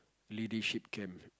leadership camp